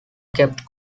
kept